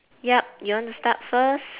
yup you want to start first